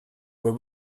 were